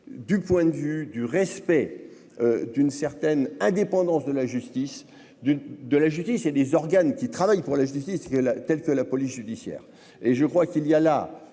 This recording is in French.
du point de vue du respect d'une certaine indépendance de la justice d'une, de la justice et des organes qui travaillent pour la justice que la tels que la police judiciaire et je crois qu'il y a là